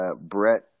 Brett